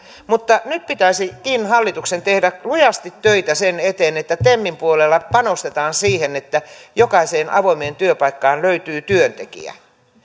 mutta nyt pitäisikin hallituksen tehdä lujasti töitä sen eteen että temin puolella panostetaan siihen että jokaiseen avoimeen työpaikkaan löytyy työntekijä